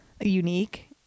unique